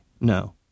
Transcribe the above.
No